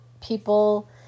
people